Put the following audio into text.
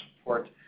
support